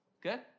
Good